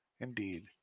Indeed